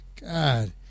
God